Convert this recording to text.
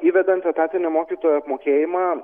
įvedant etatinį mokytojų apmokėjimą